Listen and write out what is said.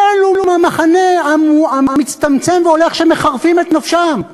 הם מהמחנה המצטמצם והולך שמחרפים את נפשם.